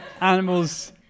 animals